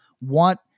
want